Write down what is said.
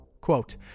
Quote